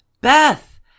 Beth